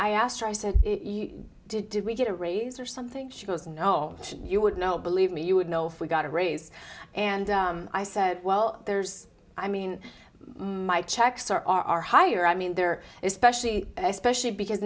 i asked her i said did we get a raise or something she goes no you would know believe me you would know if we got a raise and i said well there's i mean my checks are are higher i mean they're especially especially because